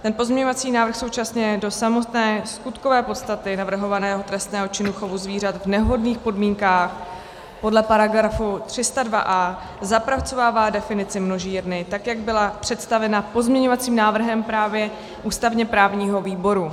Ten pozměňovací návrh současně do samotné skutkové podstaty navrhovaného trestného činu chovu zvířat v nevhodných podmínkách podle § 302a zapracovává definici množírny, tak jak byla představena pozměňovacím návrhem právě ústavněprávního výboru.